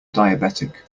diabetic